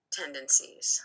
tendencies